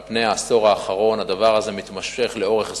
על פני העשור האחרון הדבר הזה מתמשך לאורך זמן,